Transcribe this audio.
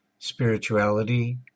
spirituality